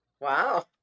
Wow